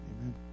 amen